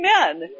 Amen